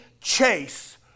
Chase